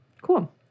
Cool